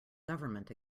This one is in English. government